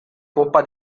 coppa